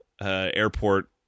airport